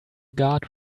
guard